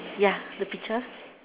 ya the picture